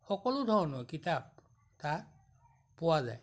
সকলো ধৰণৰ কিতাপ তাত পোৱা যায়